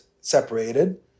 separated